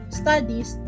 studies